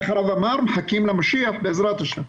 איך הרב אמר, מחכים למשיח בע"ה.